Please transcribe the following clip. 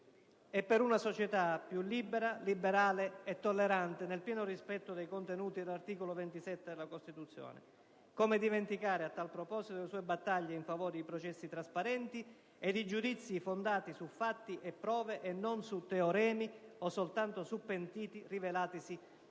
e per una società più libera, liberale e tollerante, nel pieno rispetto dei contenuti dell'articolo 27 della Costituzione. Come dimenticare, a tal proposito, le sue battaglie in favore di processi trasparenti e di giudizi fondati su fatti e prove e non su teoremi o soltanto su pentiti rivelatisi per